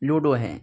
ludo ہے